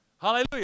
Hallelujah